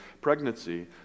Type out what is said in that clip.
pregnancy